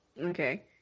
Okay